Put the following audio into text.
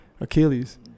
Achilles